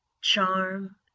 Charm